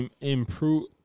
improve